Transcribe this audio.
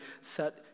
set